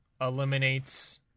eliminates